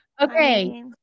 Okay